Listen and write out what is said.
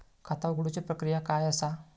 खाता उघडुची प्रक्रिया काय असा?